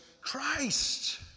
Christ